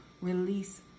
release